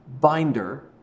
Binder